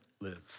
live